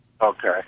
Okay